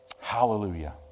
Hallelujah